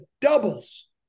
doubles